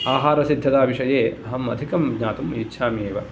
आहार सिद्धता विषये अहम् अधिकं ज्ञातुम् इच्छामि एव